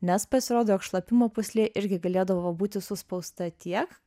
nes pasirodo jog šlapimo pūslė irgi galėdavo būti suspausta tiek